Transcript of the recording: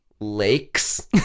lakes